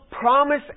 promise